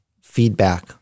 feedback